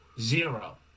Zero